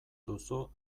duzu